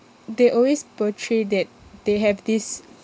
they always portray that they have this